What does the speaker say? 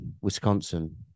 Wisconsin